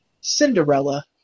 Cinderella